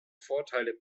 vorteile